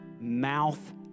mouth